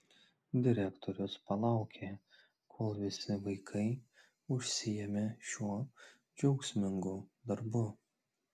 direktorius palaukė kol visi vaikai užsiėmė šiuo džiaugsmingu darbu